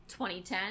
2010